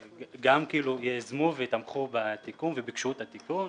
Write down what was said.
שיזמו ותמכו בתיקון וביקשו את התיקון.